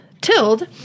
tilled